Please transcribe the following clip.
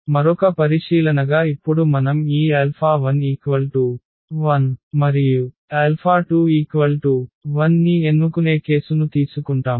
మరొక పరిశీలనగా ఇప్పుడు మనం ఈ 1021 ని ఎన్నుకునే కేసును తీసుకుంటాము